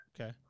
Okay